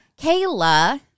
Kayla